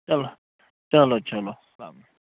چَلو چَلو چَلو چَلو السَلام